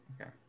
Okay